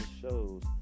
shows